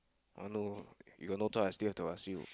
oh no you got no choice I still have to ask you